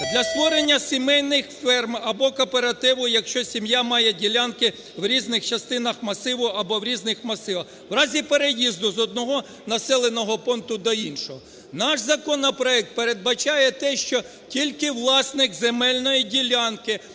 Для створення сімейних ферм або кооперативу, якщо сім'я має ділянки в різних частинах масиву або в різних масивах, в разі переїзду з одного населеного пункту до іншого. Наш законопроект передбачає те, що тільки власник земельної ділянки